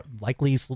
likely